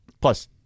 Plus